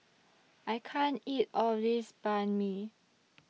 I can't eat All of This Banh MI